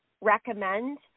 recommend